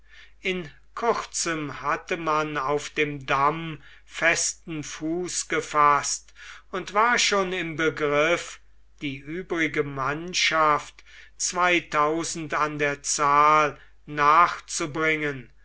in kurzem hatte man auf dem damm festen fuß gefaßt und war schon im begriff die übrige mannschaft zweitausend an der zahl nachzubringen